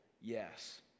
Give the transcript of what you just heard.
yes